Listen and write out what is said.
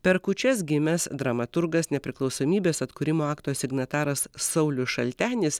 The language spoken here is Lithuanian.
per kūčias gimęs dramaturgas nepriklausomybės atkūrimo akto signataras saulius šaltenis